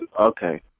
Okay